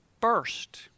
first